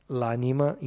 l'anima